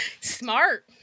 smart